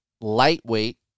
lightweight